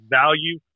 value